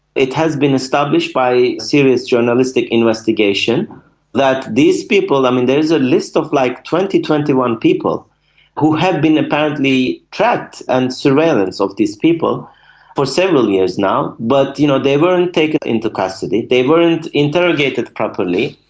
it has been established by serious journalistic investigation that these people, i mean, there is a list of like twenty, twenty one people who have been apparently trapped and surveillance of these people for several years now, but you know they weren't taken into custody, they weren't interrogated properly,